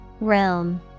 Realm